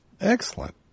Excellent